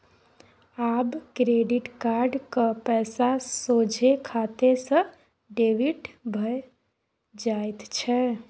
आब credit card क पैसा सोझे खाते सँ डेबिट भए जाइत छै